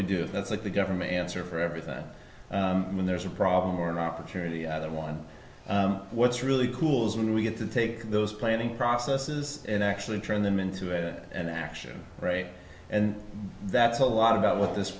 we do that's like the government answer for everything when there's a problem or an opportunity either one what's really cool is when we get to take those planning processes and actually turn them into it and action right and that's a lot about what this